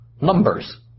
Numbers